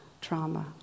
trauma